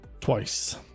Twice